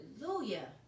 hallelujah